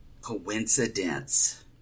Coincidence